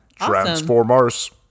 Transformers